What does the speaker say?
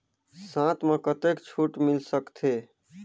साथ म कतेक छूट मिल सकथे?